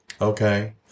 Okay